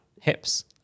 hips